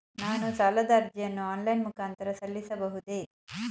ನಾನು ಸಾಲದ ಅರ್ಜಿಯನ್ನು ಆನ್ಲೈನ್ ಮುಖಾಂತರ ಸಲ್ಲಿಸಬಹುದೇ?